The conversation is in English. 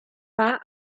far